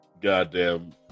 goddamn